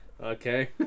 Okay